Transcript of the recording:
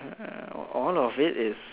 hmm all of it is